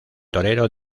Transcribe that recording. torero